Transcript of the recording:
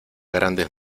grandes